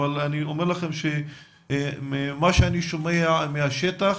אבל ממה שאני שומע מהשטח,